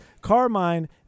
Carmine